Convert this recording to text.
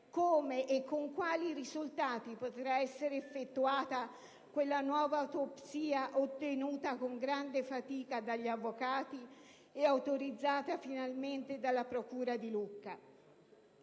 come e con quali risultati potrà essere eseguita quella nuova autopsia ottenuta con grande fatica dagli avvocati e autorizzata finalmente dalla procura di Lucca?